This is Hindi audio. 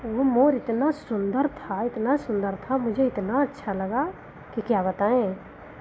वह मोर इतना सुन्दर था इतना सुन्दर था मुझे इतना अच्छा लगा कि क्या बताएँ